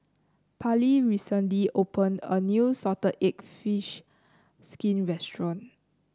Parlee recently opened a new Salted Egg fish skin restaurant